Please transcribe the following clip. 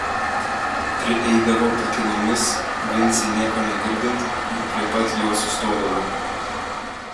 prieidavo patylomis vincei nieko negirdint ir prie pat jo sustodavo